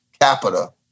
capita